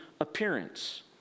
appearance